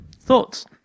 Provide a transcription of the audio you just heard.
Thoughts